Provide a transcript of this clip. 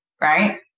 Right